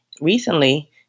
recently